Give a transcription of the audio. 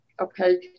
okay